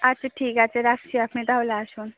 আচ্ছা ঠিক আছে রাখছি আপনি তাহলে আসুন